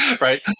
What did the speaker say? Right